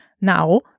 Now